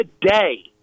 today